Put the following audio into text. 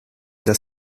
das